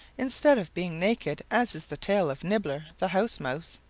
instead of being naked as is the tail of nibbler the house mouse,